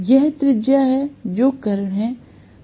यह त्रिज्या है जो कर्ण है